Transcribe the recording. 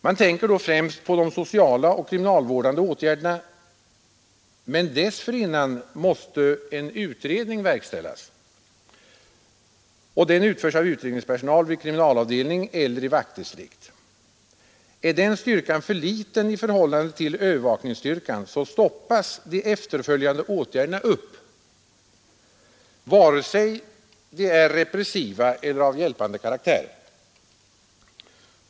Man tänker då främst på de sociala och kriminalvårdande åtgärderna, men dessförinnan måste en utredning verkställas, och den utförs av utredningspersonal vid kriminalavdelning eller i vaktdistrikt. Är den styrkan för liten i förhållande till övervakningsstyrkan, stoppas de efterföljande åtgärderna upp vare sig de är repressiva eller av hjälpande karaktär.